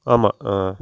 ஆமாம் ஆ